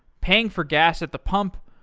paying for gas at the pump,